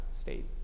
state